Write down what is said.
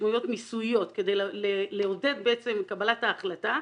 משמעויות מיסויות כדי לעודד בעצם קבלת ההחלטה,